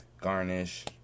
garnish